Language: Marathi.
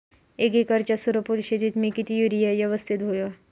एक एकरच्या सूर्यफुल शेतीत मी किती युरिया यवस्तित व्हयो?